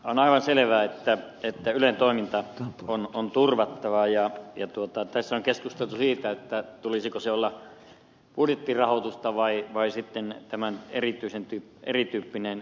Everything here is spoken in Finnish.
on aivan selvää että ylen toiminta on turvattava ja tässä on keskusteltu siitä tulisiko sen olla budjettirahoitusta vai tämä erityyppinen maksu